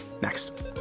Next